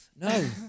no